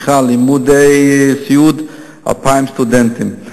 לימודי סיעוד 2,000 סטודנטים.